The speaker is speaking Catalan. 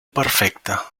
perfecte